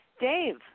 Dave